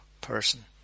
person